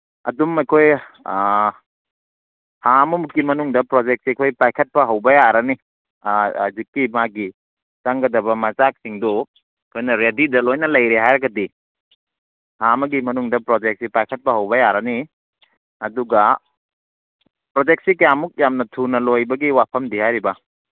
ꯑꯗꯨꯝ ꯑꯩꯈꯣꯏ ꯊꯥ ꯑꯃꯃꯨꯛꯀꯤ ꯃꯅꯨꯡꯗ ꯄ꯭ꯔꯣꯖꯦꯛꯁꯤ ꯑꯩꯈꯣꯏ ꯄꯥꯏꯈꯠꯄ ꯍꯧꯕ ꯌꯥꯔꯅꯤ ꯍꯧꯖꯤꯛꯀꯤ ꯃꯥꯒꯤ ꯆꯪꯒꯗꯕ ꯃꯆꯥꯛꯁꯤꯡꯗꯨ ꯑꯩꯈꯣꯏꯅ ꯔꯦꯗꯤꯗ ꯂꯣꯏꯅ ꯂꯩꯔꯦ ꯍꯥꯏꯔꯒꯗꯤ ꯊꯥ ꯑꯃꯒꯤ ꯃꯅꯨꯡꯗ ꯄ꯭ꯔꯣꯖꯦꯛꯁꯤ ꯄꯥꯏꯈꯠꯄ ꯍꯧꯕ ꯌꯥꯔꯅꯤ ꯑꯗꯨꯒ ꯄ꯭ꯔꯣꯖꯦꯛꯁꯤ ꯀꯌꯥꯃꯨꯛ ꯌꯥꯝꯅ ꯊꯨꯅ ꯂꯣꯏꯕꯒꯤ ꯋꯥꯐꯝꯗꯤ ꯍꯥꯏꯔꯤꯕ